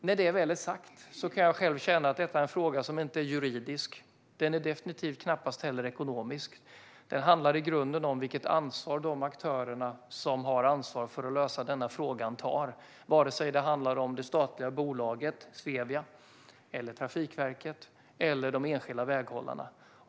När detta väl är sagt kan jag själv känna att detta är en fråga som inte är juridisk. Det är knappast heller en ekonomisk fråga. Den handlar i grunden om vilket ansvar de aktörer som har ansvar för att lösa denna fråga tar, oavsett om det handlar om det statliga bolaget Svevia, Trafikverket eller de enskilda väghållarna.